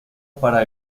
para